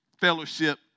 Fellowship